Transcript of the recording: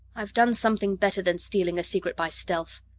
i've done something better than stealing a secret by stealth.